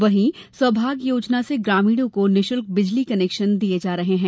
वहीं सौभाग्य योजना से ग्रामीणों को निःशुल्क कनेक्शन दिये जा रहे हैं